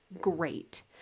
Great